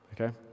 okay